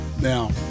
Now